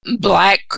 Black